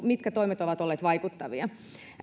mitkä toimet ovat olleet vaikuttavia